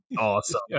Awesome